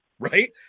right